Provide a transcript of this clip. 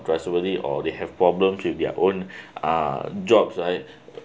trustworthy or they have problems with their own uh jobs right